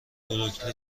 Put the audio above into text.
بروکلی